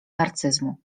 narcyzmu